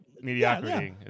Mediocrity